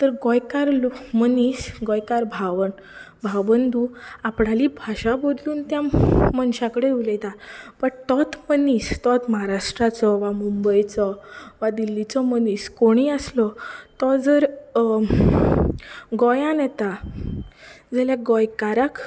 तर गोंयकार लो गोंयकार मनीस गोंयकार भावण भावबंदू आपणाली भाशा बदलून त्या मनशाकडेन उलयता बट तोच मनीस तोच म्हाराष्ट्राचो वा मुंबयचो वा दिल्लीचो मनीस कोणय आसलो तो जर गोंयांत येता जाल्यार गोंयकाराक